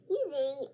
using